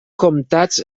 comtats